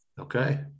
Okay